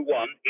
one